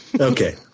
Okay